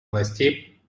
властей